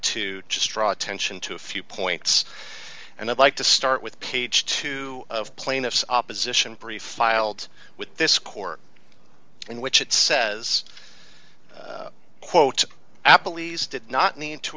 to just draw attention to a few points and i'd like to start with page two of plaintiff's opposition brief filed with this court in which it says quote apple e's did not need to